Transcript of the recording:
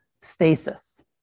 stasis